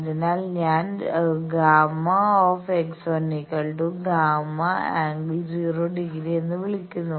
അതിനാൽ ഞാൻ Γ ∣Γ∣∠ 0 ° എന്ന് വിളിക്കുന്നു